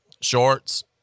shorts